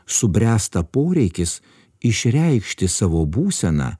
subręsta poreikis išreikšti savo būseną